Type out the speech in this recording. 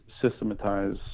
systematize